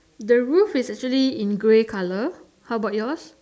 the roof is actually in grey colour how bout yours